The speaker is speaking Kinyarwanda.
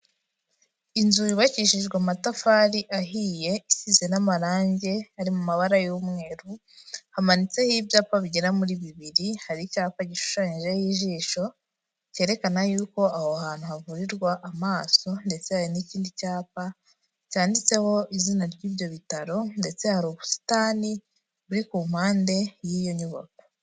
Inzu yubakishijwe amatafari ahiye isize n'amarangi ari mu mabara y'umweru, hamanitseho ibyapa bigera muri bibiri: hari icyapa gishushanyijehoijisho cyerekana yukouko aho hantu havurirwa amaso, ndetse hari n'ikindi cyapa cyanditseho izina ry'ibyo bitaro, ndetse hari ubusitani buri ku mpande y'iyo nyubako.